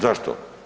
Zašto?